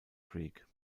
creek